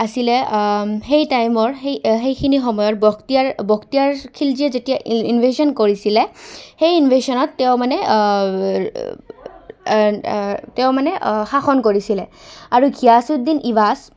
আছিলে সেই টাইমৰ সেই সেইখিনি সময়ত বক্তিয়াৰ বক্তিয়াৰ খিলজীয়ে যেতিয়া ইনভেশচন কৰিছিলে সেই ইনভেশ্যনত তেওঁ মানে তেওঁ মানে শাসন কৰিছিলে আৰু ঘাছুৰদিন ইৱাজ